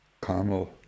Carmel